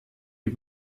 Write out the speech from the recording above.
die